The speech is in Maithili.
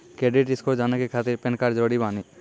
क्रेडिट स्कोर जाने के खातिर पैन कार्ड जरूरी बानी?